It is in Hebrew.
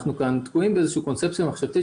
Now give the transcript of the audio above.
אנחנו תקועים כאן באיזושהי קונספציה מחשבתית